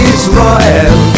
Israel